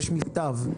יש מכתב.